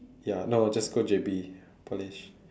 ya now I just go J_B polish